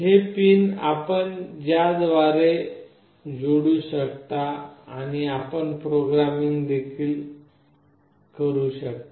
हे पिन आहेत ज्याद्वारे आपण जोडू शकता आणि आपण प्रोग्रामिंग देखील करू शकता